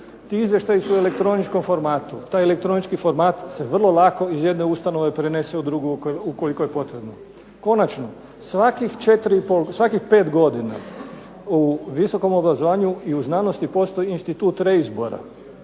Ti izvještaji su u elektroničkom formatu. Taj elektronički format se iz jedne ustanove prenese u drugu ukoliko je potrebno. Konačno svaki 5 godina u visokom obrazovanju i znanosti postoji institut reizbora.